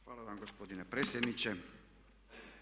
Hvala vam gospodine predsjedniče.